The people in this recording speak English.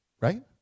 Right